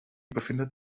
befindet